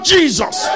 Jesus